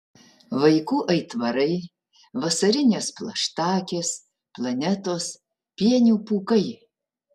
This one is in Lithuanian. vaikų aitvarai vasarinės plaštakės planetos pienių pūkai